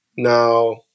Now